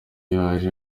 yaje